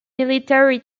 military